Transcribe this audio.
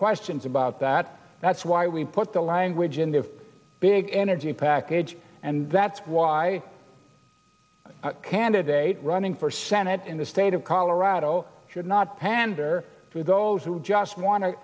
questions about that that's why we put the language in the big energy package and that's why candidate running for senate in the state of colorado should not pander to those who just want to